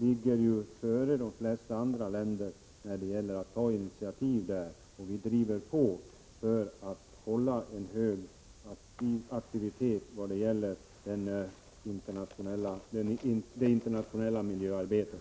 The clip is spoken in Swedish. ligger före de flesta andra länder när det gäller att ta initiativ på detta område, och vi driver på för att öka det internationella miljöarbetet.